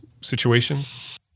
situations